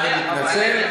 אני מתנצל,